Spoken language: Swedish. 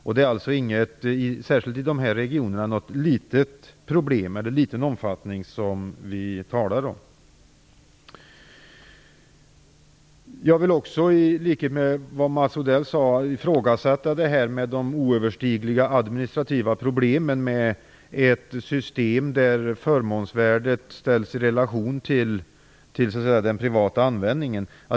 Det är alltså inte något litet problem vi talar om, särskilt inte i de här regionerna. Jag vill också i likhet med Mats Odell ifrågasätta påståendet att det skulle innebära oöverstigliga administrativa problemen att hantera ett system där förmånsvärdet ställs i relation till den privata användningen.